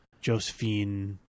Josephine